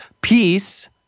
Peace